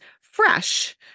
fresh